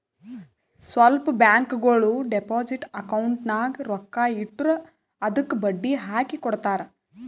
ಸ್ವಲ್ಪ ಬ್ಯಾಂಕ್ಗೋಳು deposit account ನಾಗ್ ರೊಕ್ಕಾ ಇಟ್ಟುರ್ ಅದ್ದುಕ ಬಡ್ಡಿ ಹಾಕಿ ಕೊಡ್ತಾರ್